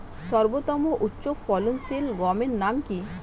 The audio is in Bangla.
সর্বতম উচ্চ ফলনশীল গমের নাম কি?